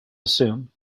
assume